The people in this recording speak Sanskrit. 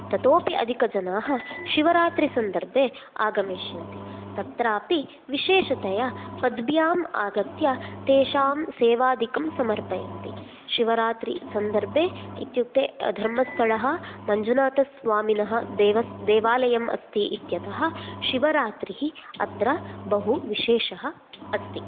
ततोऽपि अधिकजनाः शिवरात्रिसन्दर्भे आगमिष्यन्ति तत्रापि विशेषतया पद्भ्याम् आगत्य तेषां सेवादिकं समर्पयन्ति शिवरात्रिसन्दर्भे इत्युक्ते धर्मस्थलं मञ्जुनाथस्वामिनः देवस् देवालयम् अस्ति इत्यतः शिवरात्रिः अत्र बहु विशेषः अस्ति